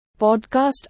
Podcast